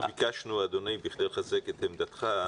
אנחנו ביקשנו, אדוני, בכדי לחזק את עמדתך,